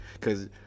cause